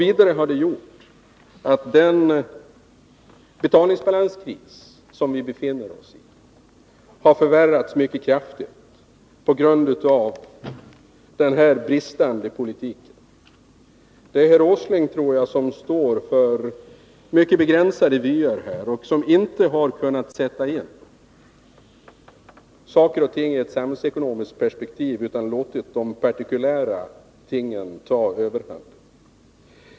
Vidare har den betalningsbalanskris som vi befinner oss i förvärrats mycket kraftigt på grund av bristerna i den förda politiken. Jag tror att herr Åsling haft mycket begränsade vyer och inte har kunnat sätta in saker och ting i ett samhällsekonomiskt perspektiv utan låtit de partikulära tingen ta överhanden.